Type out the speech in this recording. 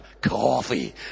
coffee